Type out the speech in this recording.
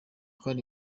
kane